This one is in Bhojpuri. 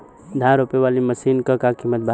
धान रोपे वाली मशीन क का कीमत बा?